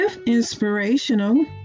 Inspirational